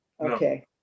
Okay